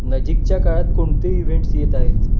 नजीकच्या काळात कोणते इव्हेंट्स येत आहेत